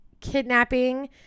kidnapping